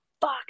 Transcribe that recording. fuck